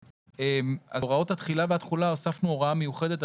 אז בהוראות התחילה והתחולה הוספנו הוראה מיוחדת,